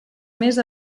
més